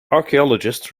archaeologists